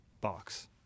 box